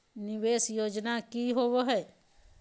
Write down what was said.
निवेस योजना की होवे है?